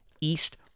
East